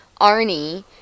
Arnie